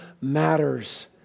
matters